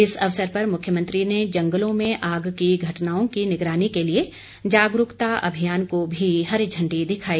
इस अवसर पर मुख्यमंत्री ने जंगलों में आग की घटनाओं की निगरानी के लिए जागरूकता अभियान को भी हरी झंडी दिखाई